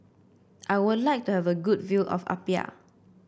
I would like to have a good view of Apia